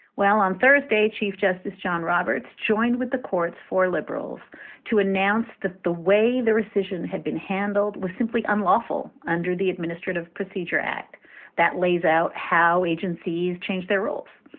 well, on thursday, chief justice john roberts joined with the court's four liberals to announce that the way the rescission had been handled was simply unlawful under the administrative procedure act that lays out how agencies change their rules.